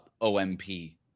OMP